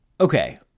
Okay